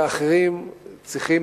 והאחרים צריכים,